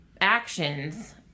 actions